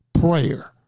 Prayer